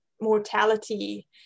mortality